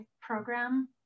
program